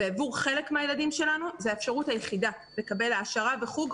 עבור חלק מן הילדים שלנו זו האפשרות היחידה לקבל העשרה וחוג,